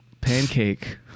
Pancake